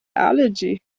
allergie